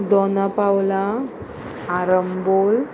Dona Paula आरबोल